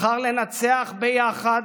נבחר לנצח ביחד,